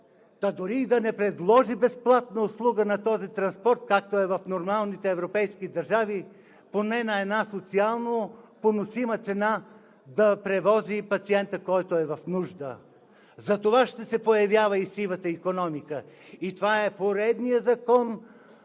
дори да не предложи безплатна услуга на този транспорт, както е в нормалните европейски държави, поне на социално поносима цена да превози пациента, който е в нужда. Затова ще се появява и сивата икономика. Това е поредният закон,